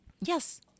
Yes